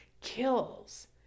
kills